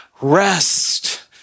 rest